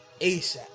ASAP